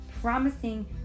promising